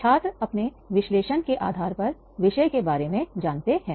छात्र अपने विश्लेषण के आधार पर विषय के बारे में जानते हैं